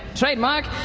trademark,